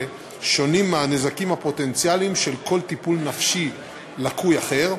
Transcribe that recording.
שונים מהנזקים הפוטנציאליים של כל טיפול נפשי לקוי אחר,